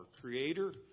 creator